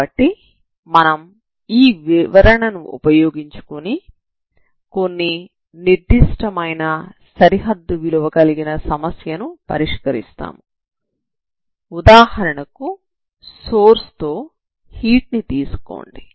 కాబట్టి మనం ఈ వివరణను ఉపయోగించుకుని కొన్ని నిర్దిష్టమైన సరిహద్దు విలువ కలిగిన సమస్యలను పరిష్కరిస్తాము ఉదాహరణ సోర్స్ తో హీట్ ని తీసుకోండి